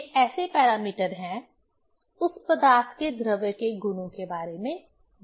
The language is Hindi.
ये ऐसे पैरामीटर हैं उस पदार्थ के द्रव्य के गुणों के बारे में बताते हैं